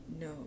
no